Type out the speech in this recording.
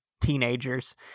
teenagers